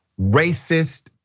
racist